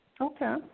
Okay